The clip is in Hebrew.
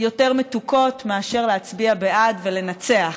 היותר-מתוקות מאשר להצביע בעד ולנצח.